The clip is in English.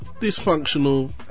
Dysfunctional